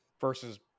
Versus